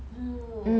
mm